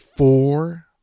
Four